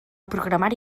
programari